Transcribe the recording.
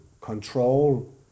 control